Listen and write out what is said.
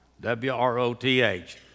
W-R-O-T-H